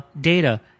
data